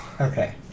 Okay